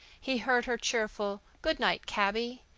he heard her cheerful good-night, cabby,